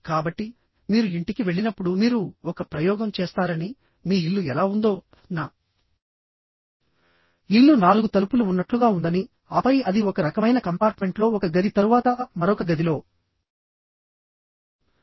కాబట్టి మీరు ఇంటికి వెళ్ళినప్పుడు మీరు ఒక ప్రయోగం చేస్తారని మీ ఇల్లు ఎలా ఉందో నా ఇల్లు నాలుగు తలుపులు ఉన్నట్లుగా ఉందని ఆపై అది ఒక రకమైన కంపార్ట్మెంట్లో ఒక గది తరువాత మరొక గదిలో ఉందని చెప్పారు